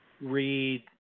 read